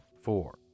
four